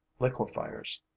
liquefiers